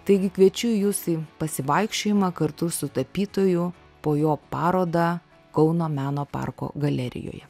taigi kviečiu jus į pasivaikščiojimą kartu su tapytoju po jo parodą kauno meno parko galerijoje